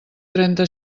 trenta